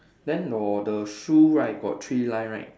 then your the shoe right got three line right